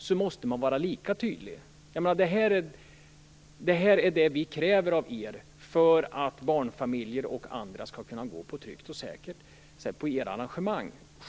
Man måste säga: Det här är det vi kräver av er för att barnfamiljer och andra skall kunna gå på era arrangemang på ett tryggt och säkert sätt.